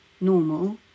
normal